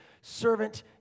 servant